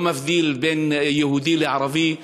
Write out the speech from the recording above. לא מבדיל בין יהודי לערבי.